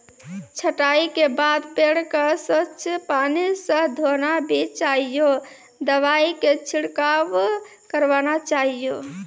छंटाई के बाद पेड़ क स्वच्छ पानी स धोना भी चाहियो, दवाई के छिड़काव करवाना चाहियो